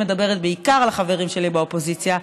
מדברת בעיקר על החברים שלי באופוזיציה,